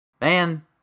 Man